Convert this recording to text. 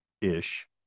ish